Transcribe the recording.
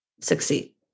succeed